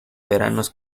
veranos